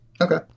Okay